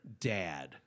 Dad